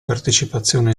partecipazione